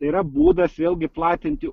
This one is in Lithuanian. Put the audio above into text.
tai yra būdas vėlgi platinti